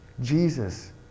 Jesus